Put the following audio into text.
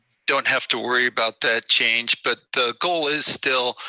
don't have to worry about that change. but the goal is still,